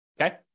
okay